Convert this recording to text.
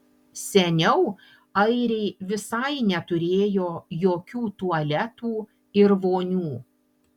seniau airiai visai neturėjo jokių tualetų ir vonių